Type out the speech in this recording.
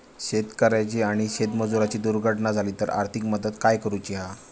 शेतकऱ्याची आणि शेतमजुराची दुर्घटना झाली तर आर्थिक मदत काय करूची हा?